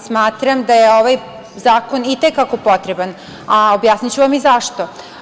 Smatram da je ovaj zakon i te kako potreban, a objasniću vam i zašto.